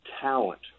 talent